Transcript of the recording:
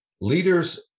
leaders